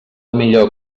millor